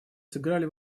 сыграли